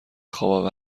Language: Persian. خواب